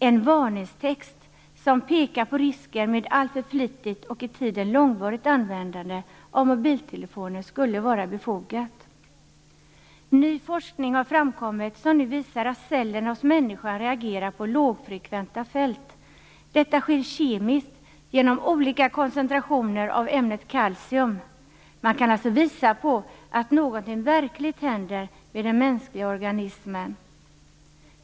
En varningstext som pekar på riskerna med alltför flitigt och i tiden långvarigt användande av mobiltelefoner skulle vara befogat. Ny forskning har framkommit som visar att människocellerna reagerar på lågfrekventa fält. Detta sker kemiskt genom olika koncentrationer av ämnet kalcium. Man kan alltså visa på att någonting verkligt händer med den mänskliga organismen.